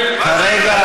כרגע השר בזכות דיבור.